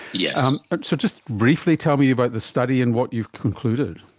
yeah um so just briefly tell me about this study and what you've concluded?